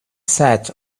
set